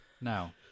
Now